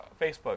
Facebook